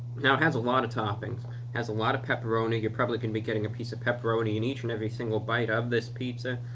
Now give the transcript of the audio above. now it has a lot of toppings has a lot of pepperoni. you probably can be getting a piece of pepperoni in each and every single bite of this pizza.